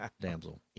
damsel